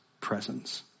presence